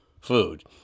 food